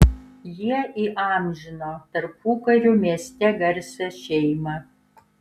jie įamžino tarpukariu mieste garsią šeimą